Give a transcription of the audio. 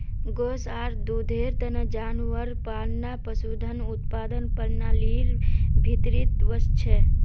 गोस आर दूधेर तने जानवर पालना पशुधन उत्पादन प्रणालीर भीतरीत वस छे